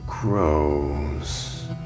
grows